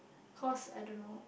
cost I don't know